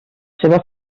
seva